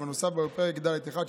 ונוסף בו פרק ד'1,